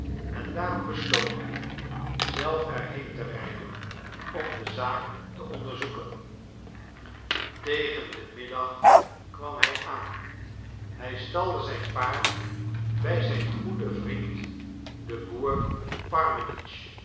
en daarom besloot hij zelf er heen te rijden om de zaak te onderzoeken tegen den middag kwam hij aan hij stalde zijn paard bij zijn goeden vriend den boer